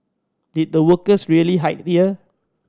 did the workers really hide here